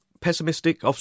pessimistic